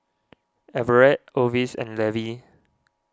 Everet Orvis and Levy